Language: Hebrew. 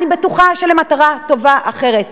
אני בטוחה שלמטרה טובה אחרת,